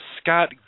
Scott